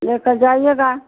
लेकर जाइएगा